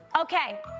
Okay